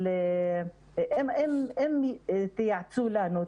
אבל אם תייעצו לנו,